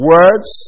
Words